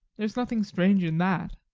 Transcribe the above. there is nothing strange in that.